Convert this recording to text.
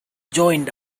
joined